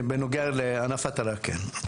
בנוגע לענף ההטלה, כן.